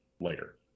later